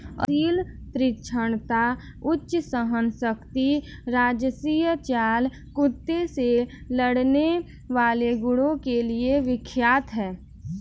असील तीक्ष्णता, उच्च सहनशक्ति राजसी चाल कुत्ते से लड़ने वाले गुणों के लिए विख्यात है